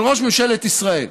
של ראש ממשלת ישראל.